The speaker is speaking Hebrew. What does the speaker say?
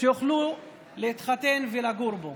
שיוכלו להתחתן ולגור בו,